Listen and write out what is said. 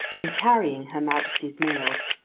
and carrying her majesty's mails.